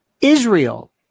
Israel